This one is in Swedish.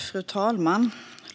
Fru talman!